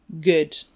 good